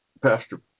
Pastor